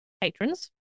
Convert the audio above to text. patrons